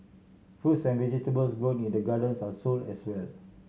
fruits and vegetables grown in the gardens are sold as well